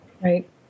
Right